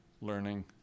learning